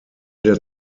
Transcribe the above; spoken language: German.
der